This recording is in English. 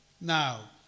Now